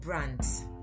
Brands